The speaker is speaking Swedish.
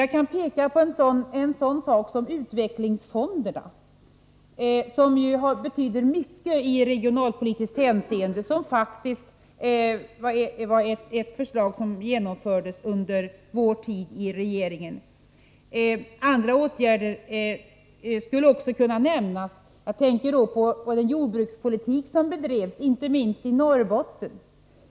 Jag kan peka på en sådan sak som utvecklingsfonderna, som ju betyder mycket i regionalpolitiskt hänseende och som var ett förslag som genomfördes under vår tid i regeringen. Andra åtgärder skulle också kunna nämnas. Jag tänker då på den jordbrukspolitik som bedrevs inte minst i Norrbotten.